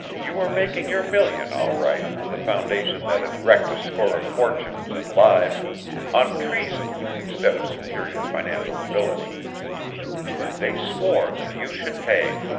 you were making your million, all right, on the foundation that had wrecked a score of fortunes and lives on treason instead of superior financial ability and they swore that you should pay.